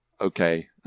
okay